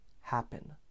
happen